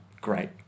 great